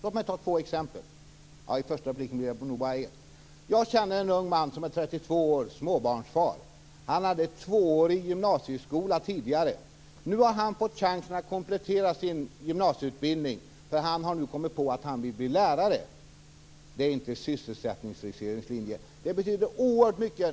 Låt mig ta upp ett exempel. Jag känner en ung man som är 32 år och småbarnsfar. Han hade tvåårig gymnasieskola bakom sig. Nu har han fått chansen att komplettera sin gymnasieutbildning, för han har kommit på att han vill bli lärare. Detta är inte sysselsättningsfriseringslinje.